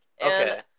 Okay